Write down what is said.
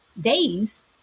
days